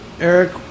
Eric